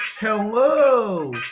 Hello